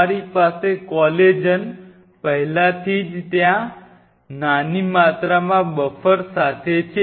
તમારી પાસે કોલેજન પહેલાથી જ ત્યાં નાની માત્રામાં બફર સાથે છે